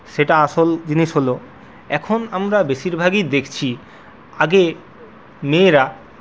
সেটা আসল জিনিস হল এখন আমরা বেশিরভাগই দেখছি আগে মেয়েরা